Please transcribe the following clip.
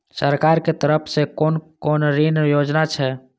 सरकार के तरफ से कोन कोन ऋण योजना छै?